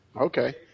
Okay